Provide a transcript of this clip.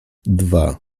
dwa